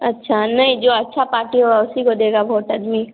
अच्छा नहीं जो अच्छा पार्टी होगा उसी को देगा वोट आदमी